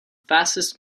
fastest